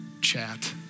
chat